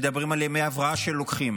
מדברים על ימי הבראה שלוקחים,